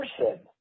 person